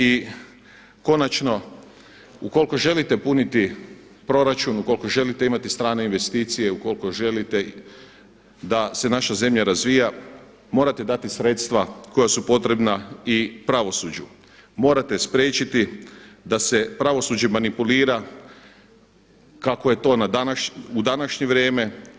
I konačno, ukoliko želite puniti proračun, ukoliko želite imati strane investicije, ukoliko želite da se naša zemlja razvija morte dati sredstva koja su potrebna i pravosuđu, morate spriječiti da se pravosuđem manipulira kako je to u današnje vrijeme.